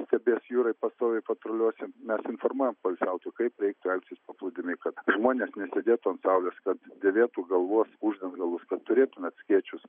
stebės jūrą ir pastoviai patruliuosim mes informuojam poilsiautojų kaip reiktų elgtis paplūdimy kad žmonės nesėdėtų ant saulės kad dėvėtų galvos uždangalus kad turėtumėt skėčius